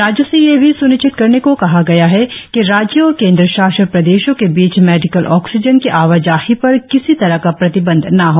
राज्यों से यह भी स्निश्चित करने को कहा गया है कि राज्यों और केन्द्र शासित प्रदेशों के बीच मेडिकल ऑक्सीजन की आवाजाही पर किसी तरह का प्रतिबंध न हो